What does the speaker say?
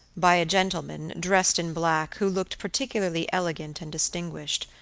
by a gentleman, dressed in black, who looked particularly elegant and distinguished,